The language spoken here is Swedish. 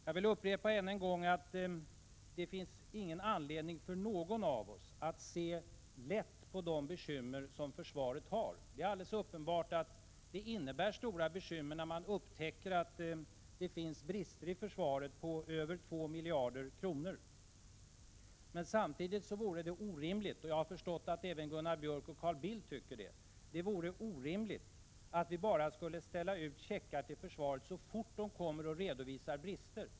Jag vill upprepa att det inte finns någon anledning för någon av oss att ta lätt på de bekymmer som försvaret har. Det är alldeles uppenbart att det innebär stora bekymmer, när man upptäcker att det finns brister i försvaret på över 2 miljarder kronor. Men samtidigt vore det orimligt — jag har förstått att även Gunnar Björk och Carl Bildt tycker det att bara ställa ut checkar till försvaret, så fort man där redovisar brister.